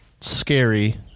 scary